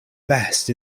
best